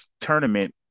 tournament